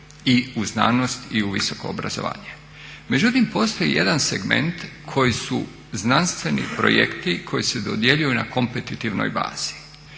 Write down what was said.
i u znanost i u visoko obrazovanje. Međutim, postoji jedan segment koji su znanstveni projekti koji se dodjeljuju na kompetitivnoj bazi.